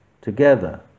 together